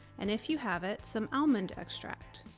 and if you have it, some almond extract.